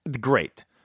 Great